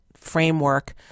framework